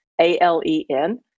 A-L-E-N